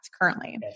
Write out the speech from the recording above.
currently